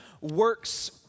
works